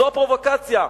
זו הפרובוקציה.